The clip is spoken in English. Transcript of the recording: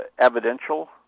evidential